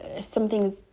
something's